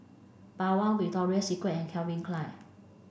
Bawang Victoria Secret and Calvin Klein